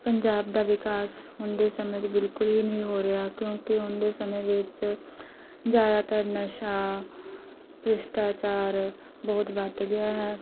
ਪੰਜਾਬ ਦਾ ਵਿਕਾਸ ਹੁਣ ਦੇ ਸਮੇਂ 'ਚ ਬਿਲਕੁਲ ਹੀ ਨਹੀਂ ਹੋ ਰਿਹਾ ਕਿਉਂਕਿ ਹੁਣ ਦੇ ਸਮੇਂ ਵਿੱਚ ਜ਼ਿਆਦਾਤਰ ਨਸ਼ਾ ਭ੍ਰਿਸ਼ਟਾਚਾਰ ਬਹੁਤ ਵਧ ਗਿਆ ਹੈ